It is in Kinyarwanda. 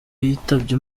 yitabye